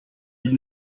ils